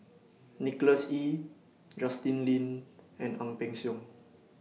Nicholas Ee Justin Lean and Ang Peng Siong